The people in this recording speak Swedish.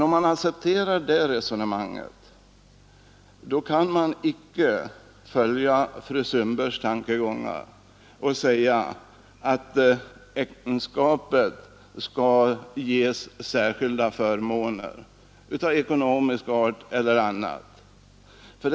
Om man accepterar det resonemanget kan man icke acceptera fru Sundbergs tankegångar och hävda att äktenskapet skall ges särskilda förmåner av ekonomisk eller annan art.